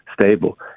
stable